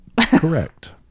Correct